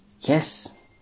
yes